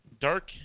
dark